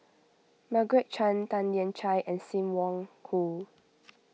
Margaret Chan Tan Lian Chye and Sim Wong Hoo